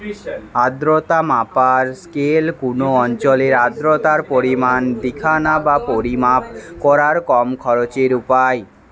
আর্দ্রতা মাপার স্কেল কুনো অঞ্চলের আর্দ্রতার পরিমাণ দিখানা বা পরিমাপ কোরার কম খরচের উপায়